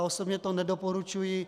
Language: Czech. Osobně to nedoporučuji.